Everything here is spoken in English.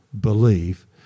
believe